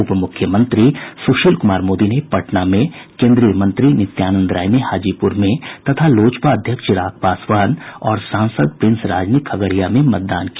उप मुख्यमंत्री सुशील कुमार मोदी ने पटना में केन्द्रीय मंत्री नित्यानंद राय ने हाजीपूर में तथा लोजपा अध्यक्ष चिराग पासवान और सांसद प्रिंस राज ने खगड़िया में मतदान किया